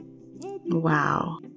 Wow